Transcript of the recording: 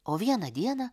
o vieną dieną